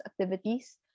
activities